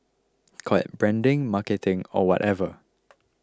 call it branding marketing or whatever